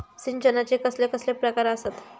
सिंचनाचे कसले कसले प्रकार आसत?